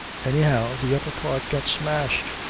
anyhow, the upper part got smashed,